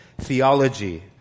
Theology